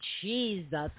Jesus